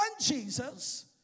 Jesus